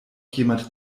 jemand